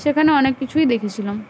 সেখানে অনেক কিছুই দেখেছিলাম